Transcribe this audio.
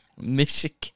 Michigan